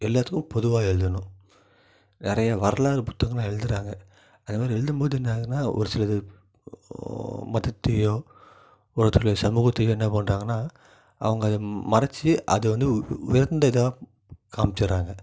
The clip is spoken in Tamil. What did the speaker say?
எல்லாத்துக்கும் பொதுவாக எழுதணும் நிறையா வரலாறு புத்தகங்கள்லாம் எழுதுகிறாங்க அது மாதிரி எழுதும்போது என்ன ஆகுதுன்னால் ஒரு சில இது மதத்தையோ ஒரு சில சமூகத்தையோ என்ன பண்றாங்கன்னால் அவங்க அதை மறைச்சி அது வந்து உயர்ந்த இதாக காமிச்சிர்றாங்க